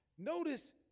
Notice